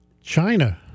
China